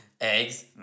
Eggs